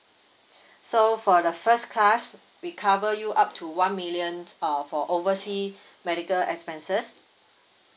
so for the first class we cover you up to one million uh for oversea medical expenses